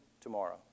tomorrow